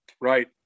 Right